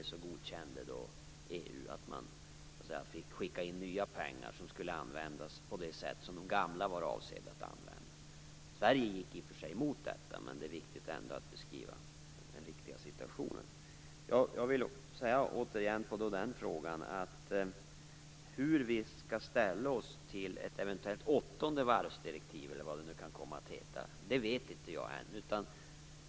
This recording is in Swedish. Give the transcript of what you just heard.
Därför godkände EU att nya pengar fick skickas in som skulle användas på det sätt som de gamla skulle ha använts. Sverige gick i och för sig emot detta. Men det är viktigt att beskriva den riktiga situationen. Hur vi skall ställa oss till ett eventuellt åttonde varvsdirektiv, eller vad det kan komma att heta, vet jag ännu inte.